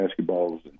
basketballs